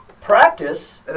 practice